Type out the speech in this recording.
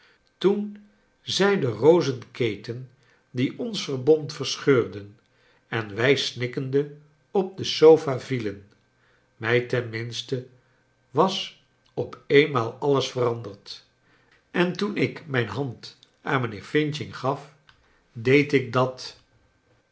toen zij den rozenketen die ons verbond verscheurden en wij snikkende op de sofa vielen mij ten minste was op eenmaal alles veranderd en toen ik mijn hand aan mij nheer f gaf deed ik clat